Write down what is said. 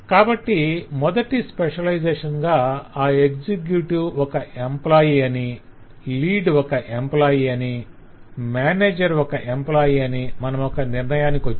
కాబట్టి మొదటి స్పెషలైజేషన్గా ఆ ఎక్సెక్యుటివ్ ఒక ఎంప్లాయ్ అని లీడ్ ఒక ఎంప్లాయ్ అని మేనేజర్ ఒక ఎంప్లాయ్ అని మనమొక నిర్ణయానికొచ్చాం